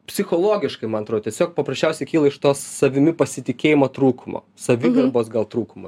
psichologiškai man tiesiog paprasčiausiai kyla iš to savimi pasitikėjimo trūkumo savigarbos gal trūkumo